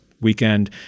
weekend